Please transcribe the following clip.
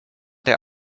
der